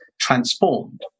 transformed